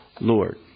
Lord